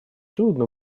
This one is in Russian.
трудно